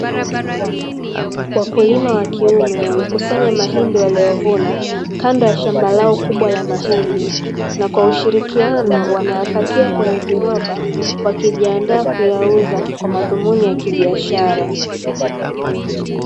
Wakulima wa kiume wamekusanya mahindi waliovuna kando ya shamba lao kubwa la mahindi, na kwa ushirikiano wanayapakia kwenye viroba, wakijiandaa kuyauza kwa madhumuni ya kibiashara.